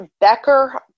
Becker